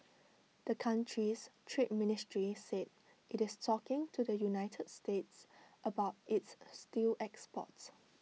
the country's trade ministry said IT is talking to the united states about its steel exports